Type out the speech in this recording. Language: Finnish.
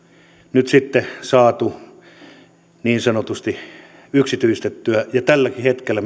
nyt sitten saatu niin sanotusti yksityistettyä ja tälläkin hetkellä